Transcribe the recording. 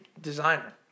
Designer